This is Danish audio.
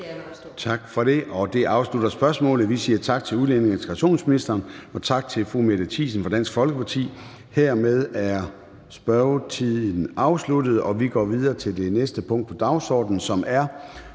Tak for det. Det afslutter spørgsmålet, og vi siger tak til udlændinge- og integrationsministeren og tak til fru Mette Thiesen fra Dansk Folkeparti. Hermed er spørgetiden afsluttet. --- Det næste punkt på dagsordenen er: